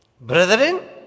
brethren